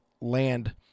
land